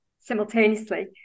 simultaneously